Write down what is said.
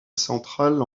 centrale